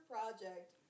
Project